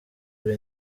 kuri